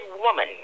woman